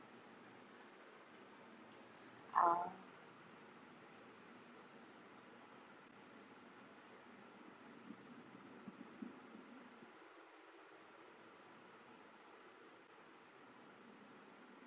uh